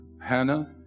Hannah